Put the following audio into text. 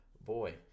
boy